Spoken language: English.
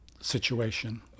situation